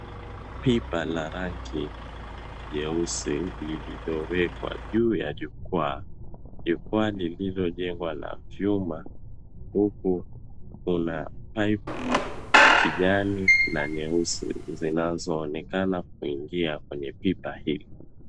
Pipa la rangi nyeusi lililowekwa juu ya jukwaa, jukwaa lililojengwa na chuma huku kuna pipe kijani na nyeusi zinazoonekana kuingi kwenye pipa hili.